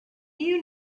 you